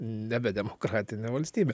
nebe demokratine valstybe